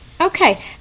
Okay